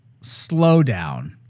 slowdown